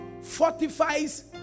fortifies